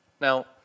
Now